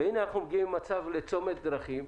והנה אנחנו מגיעים לצומת דרכים,